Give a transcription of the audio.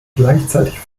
gleichzeitig